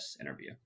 interview